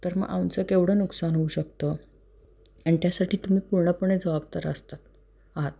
तर मग आमचं केवढं नुकसान होऊ शकतं आणि त्यासाठी तुम्ही पूर्णपणे जबाबदार असता आहात